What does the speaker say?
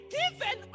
given